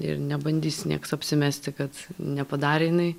ir nebandys nieks apsimesti kad nepadarė jinai